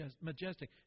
majestic